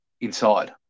inside